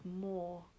more